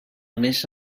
més